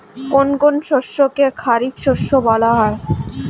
কোন কোন শস্যকে খারিফ শস্য বলা হয়?